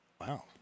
Wow